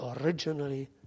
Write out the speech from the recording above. originally